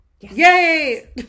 Yay